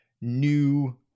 new